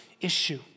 issue